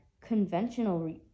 conventional